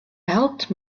helped